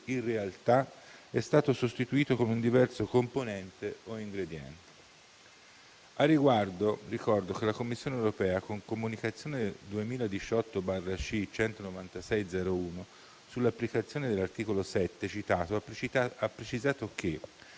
in realtà, è stato sostituito con un diverso componente o ingrediente. Al riguardo, ricordo che la Commissione europea, con comunicazione 2018/C 196/01 sull'applicazione dell'articolo 7 citato, ha precisato che: